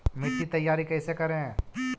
मिट्टी तैयारी कैसे करें?